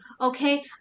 okay